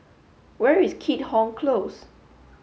where is Keat Hong Close